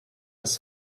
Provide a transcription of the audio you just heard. ist